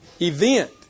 event